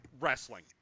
wrestling